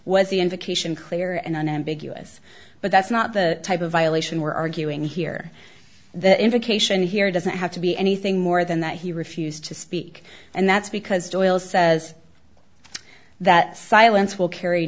was the invocation clear and unambiguous but that's not the type of violation we're arguing here the implication here doesn't have to be anything more than that he refused to speak and that's because doyle says that silence will carry